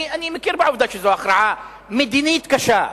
אני מכיר בעובדה שזו הכרעה מדינית קשה,